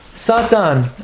Satan